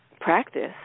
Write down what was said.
practice